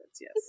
Yes